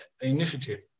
initiative